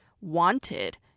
wanted